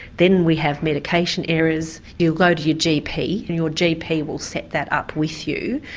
then we have medication errors, you'll go to your gp and your gp will set that up with you.